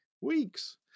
weeks